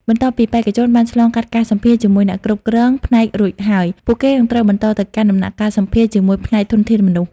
បន្ទាប់ពីបេក្ខជនបានឆ្លងកាត់ការសម្ភាសន៍ជាមួយអ្នកគ្រប់គ្រងផ្នែករួចហើយ ពួកគេនឹងត្រូវបន្តទៅកាន់ដំណាក់កាលសម្ភាសន៍ជាមួយផ្នែកធនធានមនុស្ស។